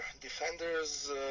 defenders